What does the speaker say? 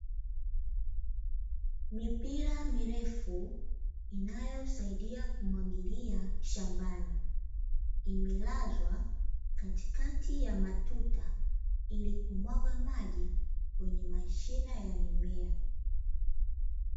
Mipira mirefu inayosaidia kumwagilia shambani, imelazwa katikati ya matuta ili kumwaga maji kwenye mashina ya mimea.